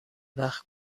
وقت